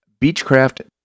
Beechcraft